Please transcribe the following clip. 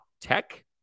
Tech